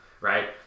Right